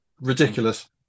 ridiculous